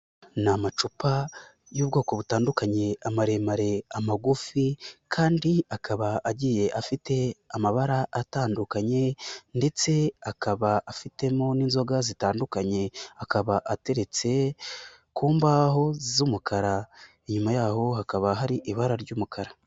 Ni amacupa y'ubwoko butandukanye amaremare amagufi kandi akaba agiye afite amabara atandukanye, ndetse akaba afitemo n'inzoga zitandukanye, akaba ateretse ku mbaho z'umukara, inyuma yaho hakaba hari ibara ry'umukara.